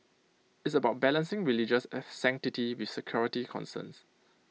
it's about balancing religious of sanctity with security concerns